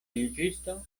juĝisto